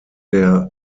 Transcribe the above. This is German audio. der